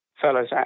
fellows